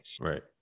Right